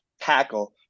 tackle